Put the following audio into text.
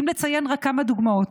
אם לציין רק כמה דוגמאות.